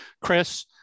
Chris